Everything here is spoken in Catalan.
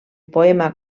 poema